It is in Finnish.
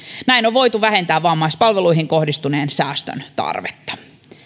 näin on voitu vähentää vammaispalveluihin kohdistuneen säästön tarvetta